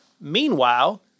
Meanwhile